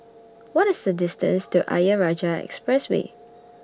What IS The distance to Ayer Rajah Expressway